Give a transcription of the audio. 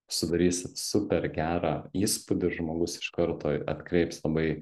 sudarysit super gerą įspūdį žmogus iš karto atkreips labai